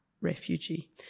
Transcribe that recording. refugee